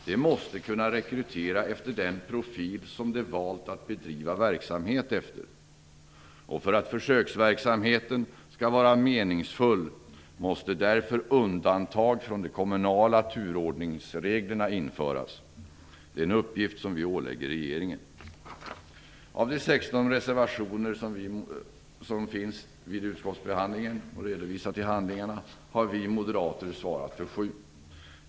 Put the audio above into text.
De måste kunna rekrytera i enlighet med den profil som de valt att bedriva verksamhet efter. För att försöksverksamheten skall vara meningsfull måste därför undantag från de kommunala turordningsreglerna införas. Det är en uppgift som vi vill ålägga regeringen. Av de 16 reservationer som avgivits vid utskottsbehandlingen svarar vi moderater för 7.